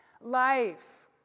life